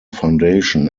foundation